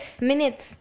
minutes